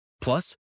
Plus